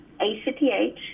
ACTH